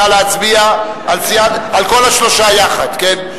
נא להצביע על כל השלוש יחד, כן?